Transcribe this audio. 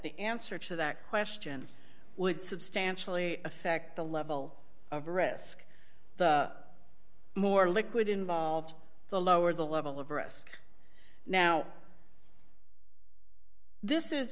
the answer to that question would substantially affect the level of risk the more liquid involved the lower the level of risk now this is